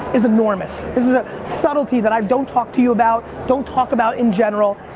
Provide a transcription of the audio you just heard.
is enormous. this is a subtlety that i don't talk to you about, don't talk about in general.